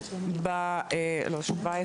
ב-20 ביוני,